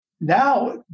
Now